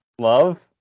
love